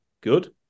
good